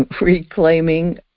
reclaiming